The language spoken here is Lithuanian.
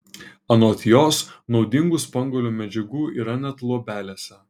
anot jos naudingų spanguolių medžiagų yra net luobelėse